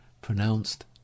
pronounced